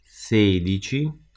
sedici